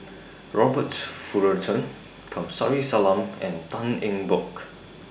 Robert Fullerton Kamsari Salam and Tan Eng Bock